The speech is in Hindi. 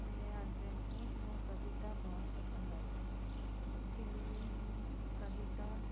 मेरे हसबेंड को वह कविता बहुत पसंद आई इसीलिए मैं कविता